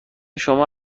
شما